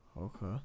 Okay